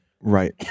Right